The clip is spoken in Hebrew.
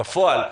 בפועל,